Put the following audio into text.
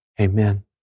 Amen